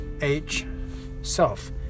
H-self